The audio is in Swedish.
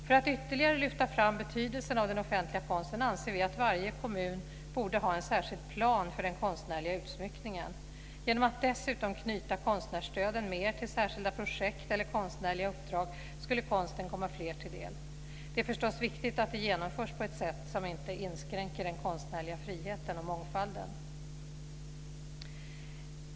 För att ytterligare lyfta fram betydelsen av den offentliga konsten anser vi att varje kommun borde ha en särskild plan för den konstnärliga utsmyckningen. Genom att dessutom knyta konstnärsstöden mer till särskilda projekt eller konstnärliga uppdrag skulle konsten komma fler till del. Det är förstås viktigt att det genomförs på ett sätt som inte inskränker den konstnärliga friheten och mångfalden.